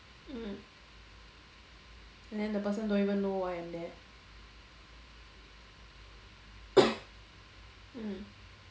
mm and then the person don't even know why I'm there mm